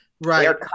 Right